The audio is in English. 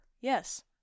Yes